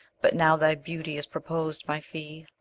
but now thy beauty is propos'd, my fee,